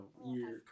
weird